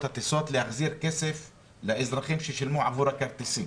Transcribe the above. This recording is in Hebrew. הטיסות להחזיר כסף לאזרחים ששילמו עבור הכרטיסים.